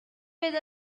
with